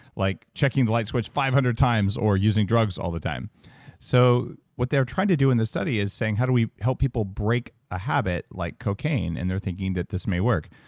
like checking the light switch five hundred times, or using drugs all the time so what they're trying to do in this study is saying, how do we help people break a habit like cocaine? and they're thinking that this may work.